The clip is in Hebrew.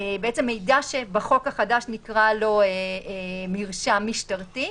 מידע שבחוק החדש נקרא לו: מרשם משטרתי.